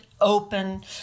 open